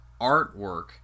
artwork